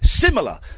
Similar